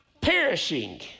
perishing